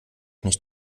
nicht